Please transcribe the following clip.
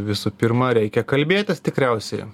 visų pirma reikia kalbėtis tikriausiai